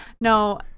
No